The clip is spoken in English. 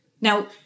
Now